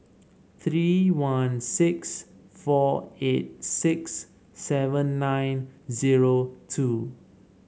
three one six four eight six seven nine zero two